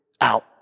out